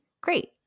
great